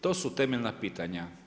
To su temeljna pitanja.